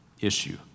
issue